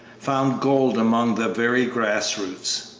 found gold among the very grassroots.